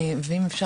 בוקר